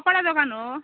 कपडा दोकान हो